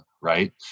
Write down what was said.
right